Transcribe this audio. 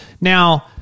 Now